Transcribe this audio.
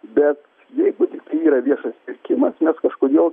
bet jeigu tiktai yra viešas pirkimas mes kažkodėl